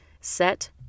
set